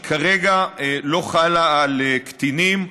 כרגע לא חלה על קטינים.